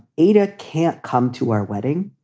ada can't come to our wedding.